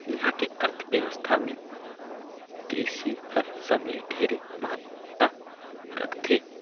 इहां के अर्थबेवस्था मे कृसि हर सबले ढेरे महत्ता रखथे